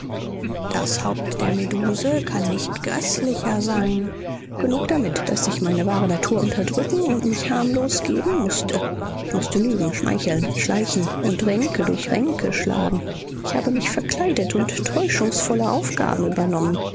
das haupt der meduse kann nicht gräßlicher sein genug damit daß ich meine wahre natur unterdrücken und mich harmlos geben mußte ich mußte lügen schmeicheln schleichen und ränke durch ränke schlagen ich habe mich verkleidet und täuschungsvolle aufgaben übernommen